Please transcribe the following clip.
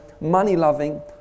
money-loving